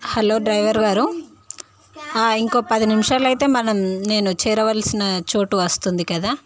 hello driver గారు ఇంకో పది నిమిషాలైతే మనం నేను చేరవల్సిన చోటు వస్తుంది కదా